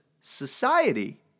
society